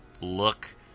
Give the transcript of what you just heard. look